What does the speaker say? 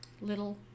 little